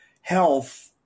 health